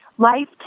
Life